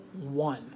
one